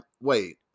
Wait